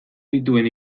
dituen